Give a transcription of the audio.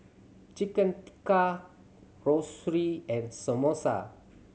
Chicken Tikka Zosui and Samosa